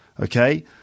okay